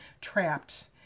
trapped